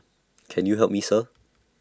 can you help me sir